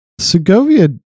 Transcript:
Segovia